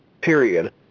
period